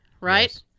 right